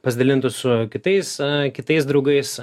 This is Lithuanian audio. pasidalintų su kitais kitais draugais